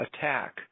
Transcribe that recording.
attack